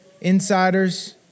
insiders